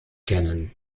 kennen